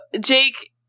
Jake